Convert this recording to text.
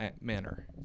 manner